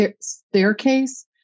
staircase